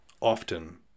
often